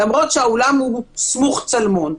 למרות שהאולם הוא סמוך צלמון.